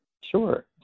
Sure